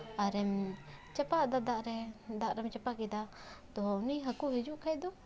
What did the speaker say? ᱟᱨᱮᱢ ᱪᱟᱯᱟᱫ ᱟᱫᱟ ᱫᱟᱜ ᱨᱮ ᱫᱟᱜ ᱨᱮᱢ ᱪᱟᱯᱟᱫ ᱠᱮᱫᱟ ᱛᱚ ᱩᱱᱤ ᱦᱟᱹᱠᱩ ᱦᱤᱡᱩᱜ ᱠᱷᱟᱡ ᱫᱚ